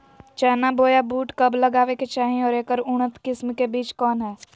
चना बोया बुट कब लगावे के चाही और ऐकर उन्नत किस्म के बिज कौन है?